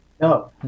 No